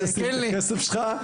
אל תשים את הכסף שלך.